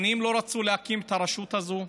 שנים לא רצו להקים את הרשות הזאת,